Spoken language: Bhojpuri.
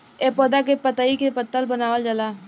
ए पौधा के पतइ से पतल बनावल जाला